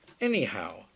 Anyhow